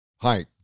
Hi